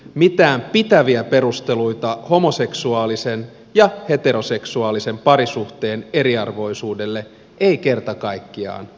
mitään pitäviä perusteluita homoseksuaalisen ja heteroseksuaalisen parisuhteen eriarvoisuudelle ei kerta kaikkiaan ole